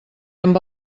amb